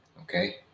Okay